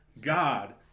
God